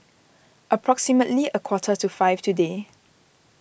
approximately a quarter to five today